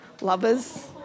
lovers